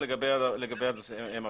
שאלות.